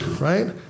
right